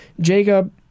Jacob